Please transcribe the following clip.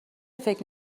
فکر